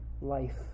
life